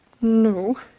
No